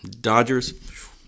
Dodgers